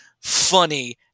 funny